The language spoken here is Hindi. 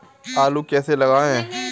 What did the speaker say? आलू कैसे लगाएँ?